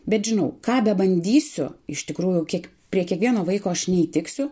bet žinau ką bebandysiu iš tikrųjų kiek prie kiekvieno vaiko aš neįtiksiu